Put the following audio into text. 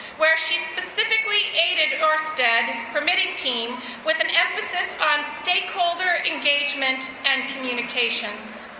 where she specifically aided orsted permitting team with an emphasis on stakeholder engagement and communications.